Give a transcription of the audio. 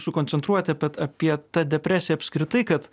sukoncentruoti apie tą depresiją apskritai kad